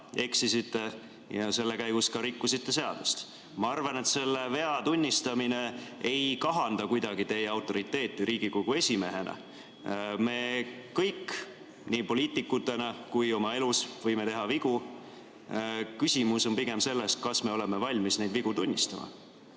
eksisite ja selle käigus rikkusite seadust. Ma arvan, et selle vea tunnistamine ei kahanda kuidagi teie autoriteeti Riigikogu esimehena. Me kõik nii poliitikutena kui ka oma elus võime teha vigu. Küsimus on pigem selles, kas me oleme valmis neid vigu tunnistama.